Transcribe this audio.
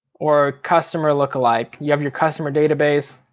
or customer lookalike. you have your customer database.